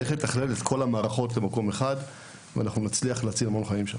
כי אם נעשה את זה אנחנו נוכל להציל המון חיים.